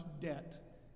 debt